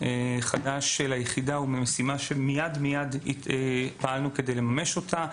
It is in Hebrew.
חדש של היחידה היא משימה שמיד מיד פעלנו כדי לממש אותה.